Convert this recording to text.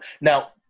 now